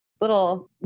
little